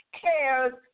cares